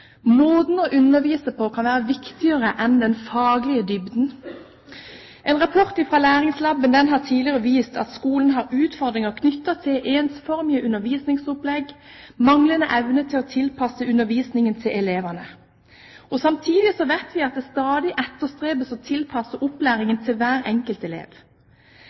Måten å undervise på kan være viktigere enn den faglige dybden. En rapport fra LÆRINGSlaben har tidligere vist at skolen har utfordringer knyttet til ensformige undervisningsopplegg og manglende evne til å tilpasse undervisningen til elevene. Samtidig vet vi at det stadig etterstrebes å tilpasse opplæringen til hver enkelt elev.